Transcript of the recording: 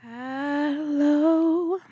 Hello